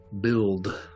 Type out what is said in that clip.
Build